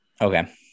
Okay